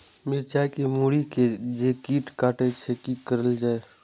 मिरचाय के मुरी के जे कीट कटे छे की करल जाय?